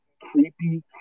creepy